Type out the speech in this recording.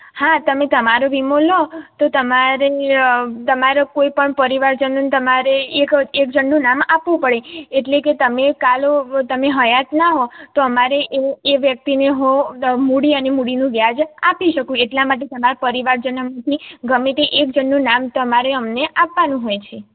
હા તમે તમારો વીમો લો તો તમારે તમારા કોઈપણ પરિવારજનોને તમારે એક એક જણનું નામ આપવું પડે એટલે કે તમે કાલે તમે હયાત ના હો તો અમારે એ એ વ્યક્તિને મૂડી અને મૂડીનું વ્યાજ આપી શકું એટલા માટે તમાર પરિવારજનોમાંથી ગમે તે એક જણનું નામ તમારે અમને આપવાનું હોય છે